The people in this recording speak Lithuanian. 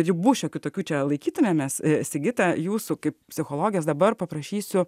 ribų šiokių tokių čia laikytumėmės sigita jūsų kaip psichologės dabar paprašysiu